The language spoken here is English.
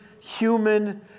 human